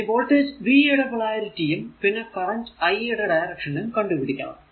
ഇനി voltage v യുടെ polarity യും പിന്നെ കറന്റ് i യുടെ ഡയറക്ഷനും കണ്ടു പിടിക്കണം